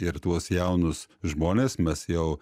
ir tuos jaunus žmones mes jau